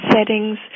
settings